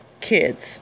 kids